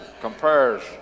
compares